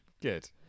Good